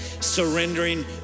surrendering